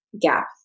gap